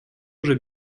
уже